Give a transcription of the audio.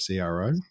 CRO